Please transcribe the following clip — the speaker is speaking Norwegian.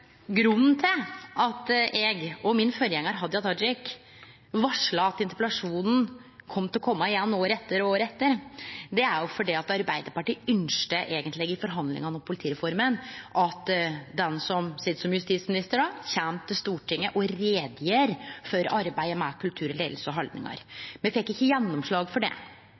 Grunnen til at eg og min forgjengar, Hadia Tajik, varsla at interpellasjonen kom til å kome igjen året etter og året etter, er at Arbeidarpartiet i forhandlingane om politireforma eigentleg ønskte at han som sit som justisminister, kjem til Stortinget og gjer greie for arbeidet med kultur, leiing og haldningar. Me fekk ikkje gjennomslag for det,